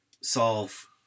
solve